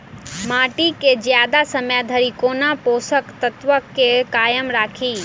माटि केँ जियादा समय धरि कोना पोसक तत्वक केँ कायम राखि?